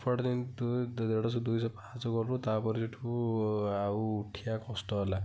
ଅଳ୍ପ ବାଟ ଯେମିତି ଦେଢ଼ଶହ ଦୁଇଶହ ପାହାଚ ଗଲୁ ତାପରେ ସେଠୁ ଆଉ ଉଠିବା କଷ୍ଟ ହେଲା